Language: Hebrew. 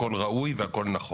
הכול ראוי והכול נכון.